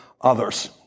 others